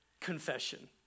confession